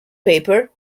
paper